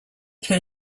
per